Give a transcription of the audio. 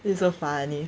it's so funny